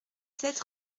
sept